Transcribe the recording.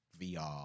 VR